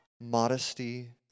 modesty